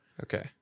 okay